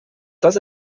das